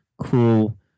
cool